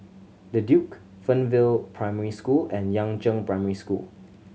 The Duke Fernvale Primary School and Yangzheng Primary School